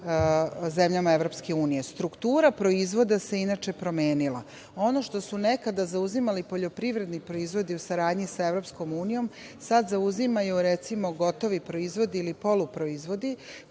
zemljama EU.Struktura proizvoda se inače promenila. Ono što su nekada zauzimali poljoprivredni proizvodi u saradnji sa EU, sad zauzimaju, recimo, gotovi proizvodi ili poluproizvodi.